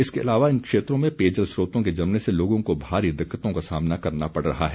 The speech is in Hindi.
इसके अलावा इन क्षेत्रों में पेयजल स्रोतों के जमने से लोगों को भारी दिक्कतों का सामना करना पड़ रहा है